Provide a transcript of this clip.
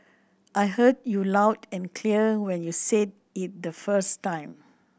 I heard you loud and clear when you said it the first time